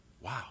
Wow